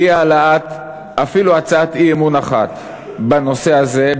אי-העלאת אפילו הצעת אי-אמון אחת בנושא הזה,